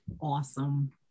Awesome